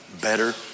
better